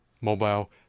mobile